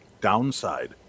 downside